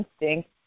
instinct